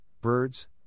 birds